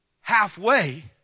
Halfway